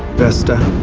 vesta,